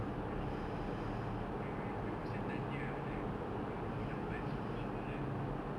very cool like the the person tanya ah like kala dapat super power kan